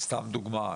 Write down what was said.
סתם דוגמה,